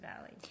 Valley